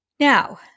Now